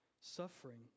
suffering